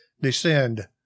descend